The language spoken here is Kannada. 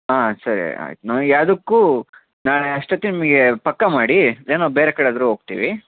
ಆಂ ಸರಿ ಆಯ್ತು ನನಗ್ ಯಾವುದಕ್ಕೂ ನಾಳೆ ಅಷ್ಟೊತ್ಗೆ ನಿಮಗೆ ಪಕ್ಕಾ ಮಾಡಿ ಏನೋ ಬೇರೆ ಕಡೆ ಆದರೂ ಹೋಗ್ತೀವಿ